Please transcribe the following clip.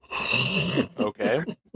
okay